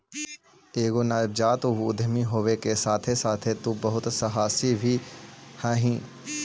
एगो नवजात उद्यमी होबे के साथे साथे तु बहुत सहासी भी हहिं